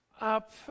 up